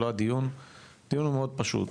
הדיון הוא מאוד פשוט,